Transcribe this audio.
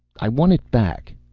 i want it back.